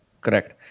correct